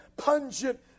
pungent